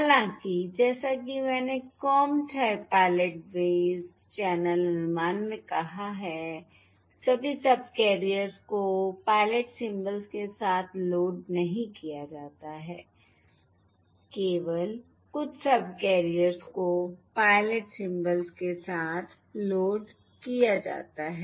हालाँकि जैसा कि मैंने comb type pilot based channel अनुमान में कहा है सभी सबकैरियर्स को पायलट सिंबल्स के साथ लोड नहीं किया जाता है केवल कुछ सबकैरियर्स को पायलट सिंबल्स के साथ लोड किया जाता है